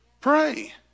Pray